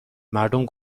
مردم